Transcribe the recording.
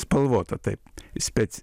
spalvota taip spec